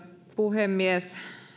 puhemies